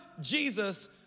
Jesus